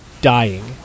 dying